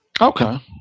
Okay